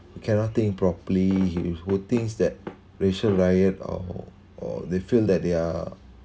cannot think properly he who thinks that racial riot or or they feel that they are